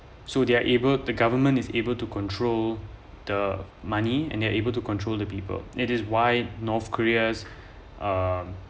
so they're able to government is able to control the money and they're able to control the people it is why north korea's um